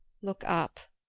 look up.